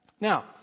Now